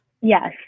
yes